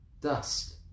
dust